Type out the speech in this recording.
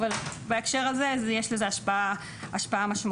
אבל בהקשר הזה יש לזה השפעה משמעותית.